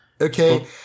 Okay